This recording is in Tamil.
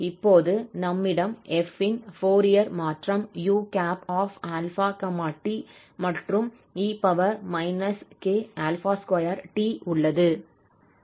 இப்போது நம்மிடம் 𝑓 இன் ஃபோரியர் மாற்றம் u∝ t மற்றும் e k2t உள்ளது